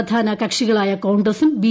പ്രധാന കക്ഷികളായ കോൺഗ്രസും ബി